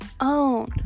own